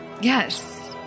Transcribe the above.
Yes